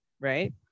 right